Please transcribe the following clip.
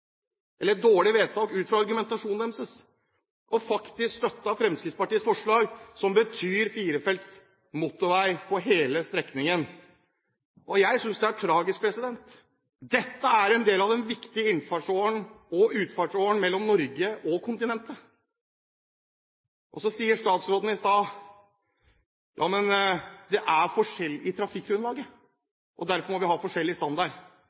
eller dårlig vedtak, ut fra argumentasjonen deres, og heller hadde støttet Fremskrittspartiets forslag, som betyr firefelts motorvei på hele strekningen. Jeg synes det er tragisk. Dette er en del av den viktige inn- og utfartsåren mellom Norge og kontinentet. Så sa statsråden i stad: Men det er forskjell i trafikkgrunnlaget, og derfor må vi ha forskjellig standard.